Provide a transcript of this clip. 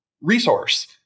resource